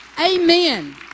amen